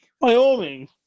Wyoming